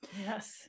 Yes